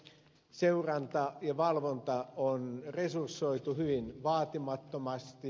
seuranta ja valvonta on resursoitu hyvin vaatimattomasti